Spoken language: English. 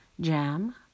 Jam